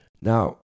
Now